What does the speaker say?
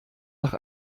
noch